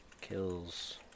kills